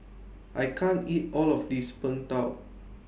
I can't eat All of This Png Tao